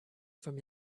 from